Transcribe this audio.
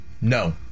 No